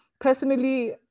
personally